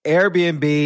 Airbnb